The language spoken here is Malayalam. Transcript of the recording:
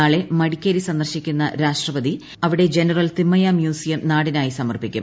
നാളെ മടിക്കേരി സന്ദർശിക്കുന്ന രാഷ്ട്രപതി അവിടെ ജനറൽ തിമയ്യ മ്യൂസിയം നാടിനായി സമർപ്പിക്കും